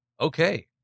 Okay